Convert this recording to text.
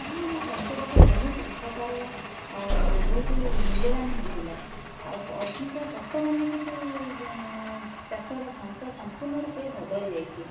ତାହା ଆମ ସ୍ୱାସ୍ଥ୍ୟ ପକ୍ଷେ ବହୁତ ଉପକାର ଆଉ ବହୁତ ମୁଲ୍ୟବାନ ହୋଇଥିଲା ଆଉ ଅଧିକ ବର୍ତ୍ତମାନ କିନ୍ତୁ ଚାଷର ଢାଞ୍ଚା ସମ୍ପୂର୍ଣ୍ଣ ରୂପେ ବଦଳି ଯାଇଛି